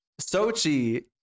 Sochi